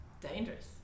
dangerous